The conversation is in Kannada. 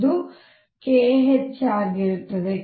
ಇದು kℏ ಆಗಿರುತ್ತದೆ